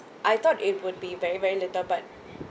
I thought it would be very very little but